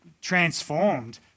transformed